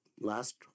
Last